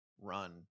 run